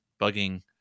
bugging